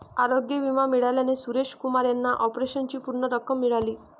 आरोग्य विमा मिळाल्याने सुरेश कुमार यांना ऑपरेशनची पूर्ण रक्कम मिळाली